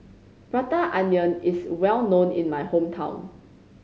Prata Onion is well known in my hometown